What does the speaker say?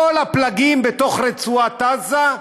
כל הפלגים ברצועת עזה,